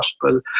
possible